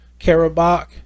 Karabakh